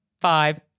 five